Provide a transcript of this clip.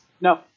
No